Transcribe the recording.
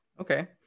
Okay